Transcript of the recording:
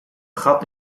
gat